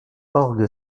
orgue